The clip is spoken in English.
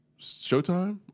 Showtime